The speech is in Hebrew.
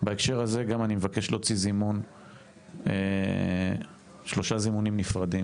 בהקשר הזה אני גם מבקש להוציא שלושה זימונים נפרדים.